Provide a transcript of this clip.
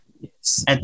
Yes